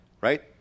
right